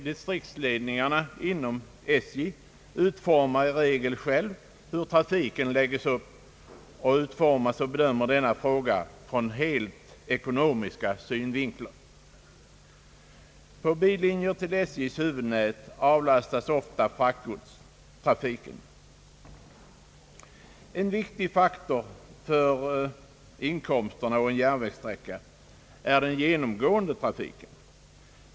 Distriktsledningen inom SJ avgör vanligen själv hur trafiken skall läggas upp och utformas och bedömer därvid denna fråga ur rent ekonomisk synvinkel. Från bilinjerna till SJ:s huvudnät avlastas ofta fraktgodstrafiken. En viktig faktor för inkomsterna på en järnvägssträcka är den genomgående trafiken på ifrågavarande bansträcka.